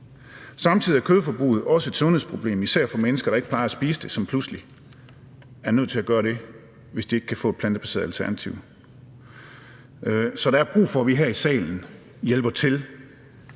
Samtidig er kødforbruget også et sundhedsproblem, især for mennesker, der ikke plejer at spise det, som pludselig er nødt til at gøre det, hvis de ikke kan få et plantebaseret alternativ. Så der er brug for, at vi her i salen hjælper til